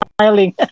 smiling